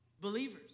Believers